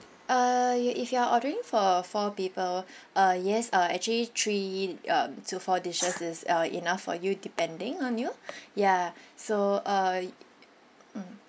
uh you if you're ordering for four people uh yes uh actually three um to four dishes is uh enough for you depending on you ya so uh mm